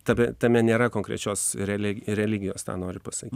tada tame nėra konkrečios realiai religijos tą nori pasakyt